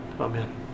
Amen